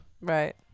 Right